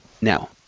Now